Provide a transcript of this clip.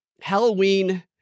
Halloween